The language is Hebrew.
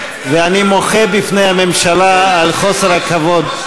ואני מוחה בפני הממשלה על חוסר הכבוד.